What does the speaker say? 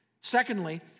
Secondly